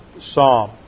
psalm